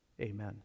Amen